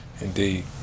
indeed